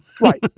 Right